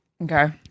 Okay